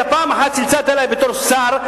אתה פעם אחת צלצלת אלי בתור שר,